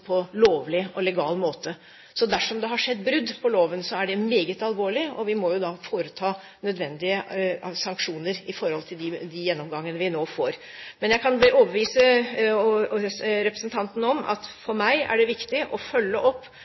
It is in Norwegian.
på lovlig, legal, måte. Dersom det har skjedd brudd på loven, er det meget alvorlig. Vi må da foreta nødvendige sanksjoner i forhold til den gjennomgangen vi nå får. Jeg kan overbevise representanten om at for meg er det viktig å følge opp